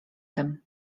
tym